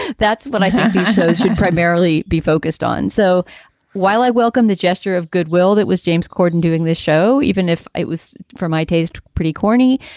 that's what i should primarily be focused on. so while i welcome the gesture of goodwill, that was james corden doing this show, even if it was for my taste, pretty corny,